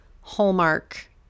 hallmark